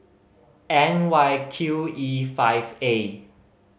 N Y Q E five A